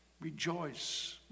Rejoice